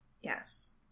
Yes